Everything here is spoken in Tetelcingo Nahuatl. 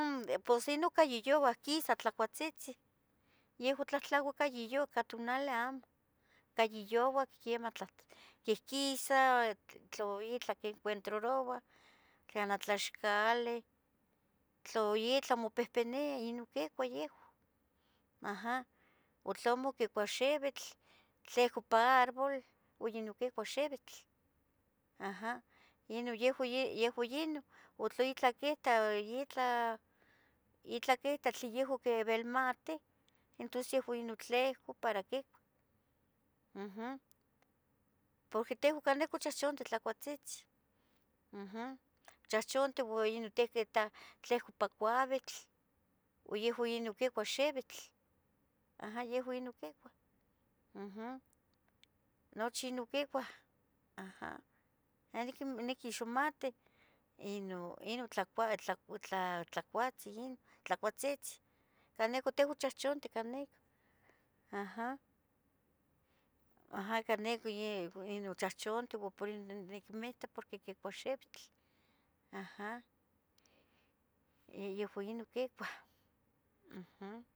Neh pos si pos nechmohtia, nnnnechmohtia para nihmictis, aha ino nechmotiah porque onca, oncateh miac, oncateh couameh, ino nechmohtia quimichih nechmohtia, pero inpia mestu, para, para que quemah yeh macahsi, aha, onich couameh porque canijo como cacaltenco tichahchantih cateh quemeh couameh, couacoconeh quistuhtun cateh aha, pero ino nechmohtia, aha porque nechmohtia porque ino tlaquihtzomah, uhm